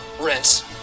rinse